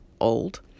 old